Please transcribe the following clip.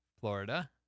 Florida